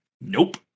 Nope